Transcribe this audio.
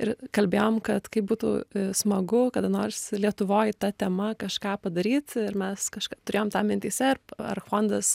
ir kalbėjom kad kaip būtų smagu kada nors lietuvoj ta tema kažką padaryt ir mes kaž turėjom tą mintyse ar fondas